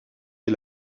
est